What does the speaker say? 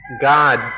God